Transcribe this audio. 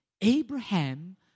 Abraham